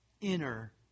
inner